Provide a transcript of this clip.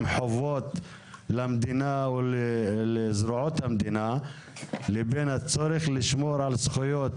חובות למדינה או לזרועות המדינה לבין הצורך לשמור על זכויות